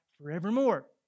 forevermore